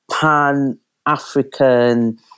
pan-African